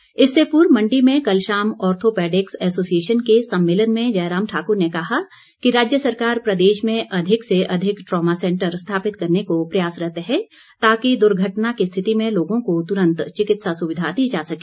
orthopaedics इससे पूर्व मण्डी में कल शाम ऑर्थोपेडिक्स एसोसिएशन के सम्मेलन में जयराम ठाकुर ने कहा कि राज्य सरकार प्रदेश में अधिक से अधिक ट्रॉमा सेंटर स्थापित करने को प्रयासरत है ताकि दुर्घटना की स्थिति में लोगों को तुरंत चिकित्सा सुविधा दी जा सके